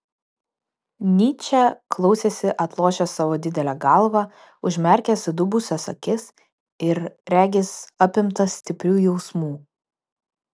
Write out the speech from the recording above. nyčė klausėsi atlošęs savo didelę galvą užmerkęs įdubusias akis ir regis apimtas stiprių jausmų